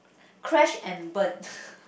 crash and burn